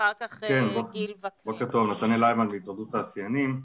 אחר כך נשמע את גיל וקנין.